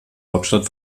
hauptstadt